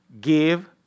give